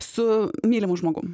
su mylimu žmogum